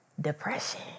depression